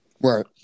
Right